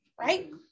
right